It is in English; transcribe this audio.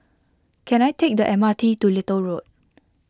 can I take the M R T to Little Road